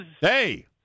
Hey